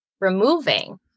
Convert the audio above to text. removing